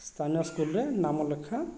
ସ୍ଥାନୀୟ ସ୍କୁଲରେ ନାମ ଲେଖା